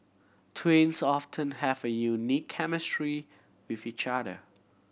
twins often have a unique chemistry with each other